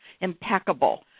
impeccable